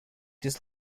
this